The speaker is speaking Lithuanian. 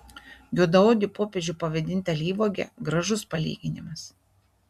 juodaodį popiežių pavadinti alyvuoge gražus palyginimas